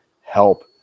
help